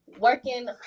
working